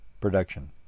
production